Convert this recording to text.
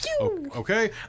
Okay